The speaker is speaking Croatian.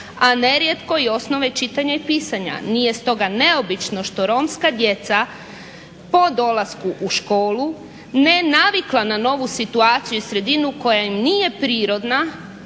a nerijetko i osnove čitanja i pisanja. Nije stoga neobično što romska djeca po dolasku u školu nenavikla na novu situaciju i sredinu koja im nije prirodna,